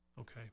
okay